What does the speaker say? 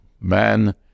man